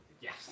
Yes